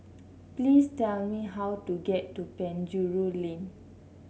please tell me how to get to Penjuru Lane